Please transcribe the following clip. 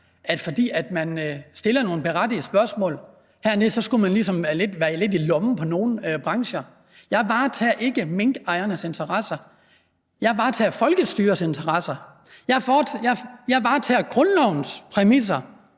at fordi man stiller nogle berettigede spørgsmål hernede, skulle man ligesom være lidt i lommen på nogle brancher. Jeg varetager ikke minkavlernes interesser – jeg varetager folkestyrets interesser. Jeg varetager grundlovens ord,